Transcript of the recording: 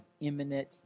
imminent